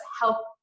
help